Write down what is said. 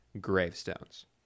Gravestones